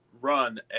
run